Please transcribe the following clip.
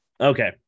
Okay